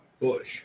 bush